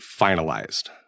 finalized